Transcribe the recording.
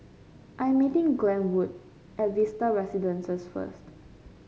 I am meeting Glenwood at Vista Residences first